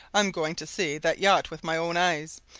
i'm going to see that yacht with my own eyes,